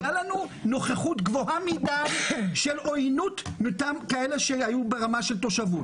הייתה לנו נוכחות גבוהה מדי של עוינות מטעם כאלה שהיו ברמה של תושבות.